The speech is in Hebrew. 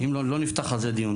לא נפתח על זה דיון כרגע.